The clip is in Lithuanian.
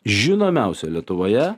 žinomiausią lietuvoje